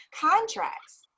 contracts